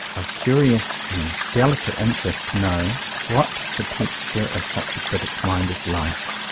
of curious and delicate interest to know what the texture of such a critic's mind is like.